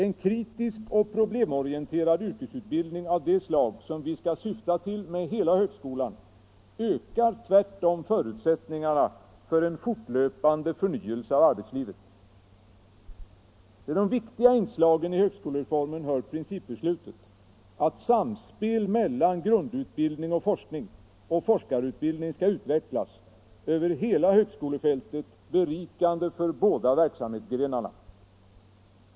En kritisk och problemorienterad yrkesutbildning av det slag som vi skall syfta till för hela högskolan ökar tvärtom förutsättningarna för en fortlöpande förnyelse av arbetslivet. Till de viktiga inslagen i högskolereformen hör principbeslutet att samspel mellan grundutbildning och forskning och forskarutbildning skall utvecklas över hela högskolefältet, berikande för båda verksamhetsgrenarna.